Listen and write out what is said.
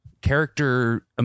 character